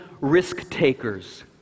risk-takers